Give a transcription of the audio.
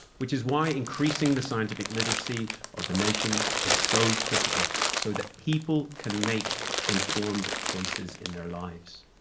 which is why increasing the scientific literacy of the nation is so critical, so that people can make informed choices in their lives,